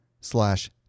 slash